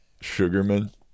Sugarman